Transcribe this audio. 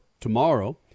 tomorrow